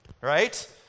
right